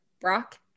brock